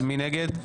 מי נגד?